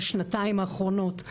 בשנתיים האחרונות,